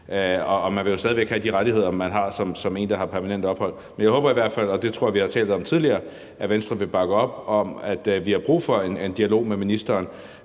Og man vil stadig væk have de rettigheder, man har, som en, der har permanent ophold. Jeg håber i hvert fald – og det tror jeg vi har talt om tidligere – at Venstre vil bakke op om, at vi har brug for en dialog med ministeren.